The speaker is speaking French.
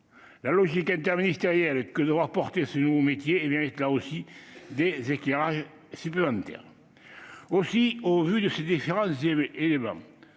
La logique interministérielle que devra porter ce nouveau métier mérite des éclairages supplémentaires. Au vu de ces différents éléments,